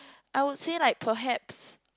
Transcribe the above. I would say like perhaps